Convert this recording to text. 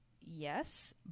yes